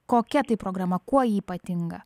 kokia tai programa kuo ji ypatinga